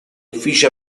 uffici